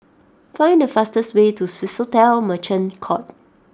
find the fastest way to Swissotel Merchant Court